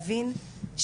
מישהו מסתכל עליהן,